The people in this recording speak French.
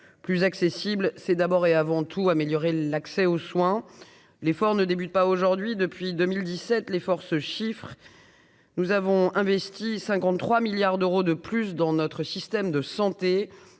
plus accessible, c'est d'abord et avant tout améliorer l'accès aux soins, l'effort ne débute pas aujourd'hui depuis 2017 les forces chiffre nous avons investi 53 milliards d'euros de plus dans notre système de santé